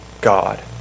God